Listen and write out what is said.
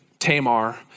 Tamar